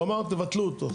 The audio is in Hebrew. הוא אמר תבטלו אותו.